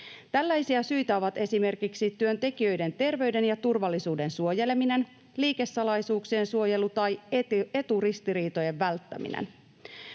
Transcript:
Tällaisia syitä ovat esimerkiksi työntekijöiden terveyden ja turvallisuuden suojeleminen, liikesalaisuuksien suojelu ja eturistiriitojen välttäminen.